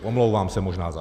Omlouvám se možná za něj.